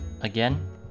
Again